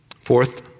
Fourth